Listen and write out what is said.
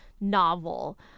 novel